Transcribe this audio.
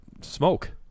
smoke